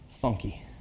funky